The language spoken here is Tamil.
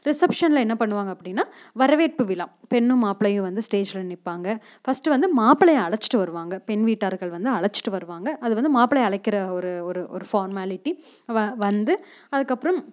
ரிசப்ஷனில் என்ன பண்ணுவாங்க அப்படின்னா வரவேற்பு விழா பெண்ணும் மாப்ளையும் வந்து ஸ்டேஜ்ஜில் நிற்பாங்க ஃபஸ்ட்டு வந்து மாப்பிளைய அழைச்சிட்டு வருவாங்க பெண் வீட்டார்கள் வந்து அழைச்சிட்டு வருவாங்க அது வந்து மாப்பிளைய அழைக்கிற ஒரு ஒரு ஒரு ஃபார்மாலிட்டி வ வந்து அதுக்கப்புறம்